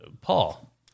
Paul